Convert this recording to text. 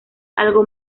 algo